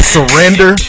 Surrender